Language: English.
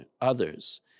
others